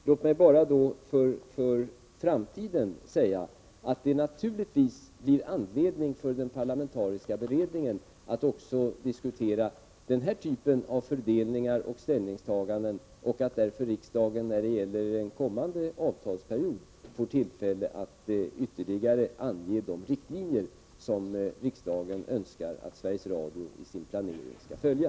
Låt mig bara vad gäller framtiden säga att den parlamentariska beredningen naturligtvis får anledning att också diskutera den här typen av fördelningar och ställningstaganden och att riksdagen således när det gäller den kommande avtalsperioden får tillfälle att ytterligare ange de riktlinjer som riksdagen önskar att Sveriges Radio i sin planering skall följa.